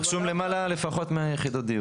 רשום למעלה לפחות 100 יחידות דיור.